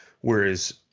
whereas